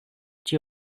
tio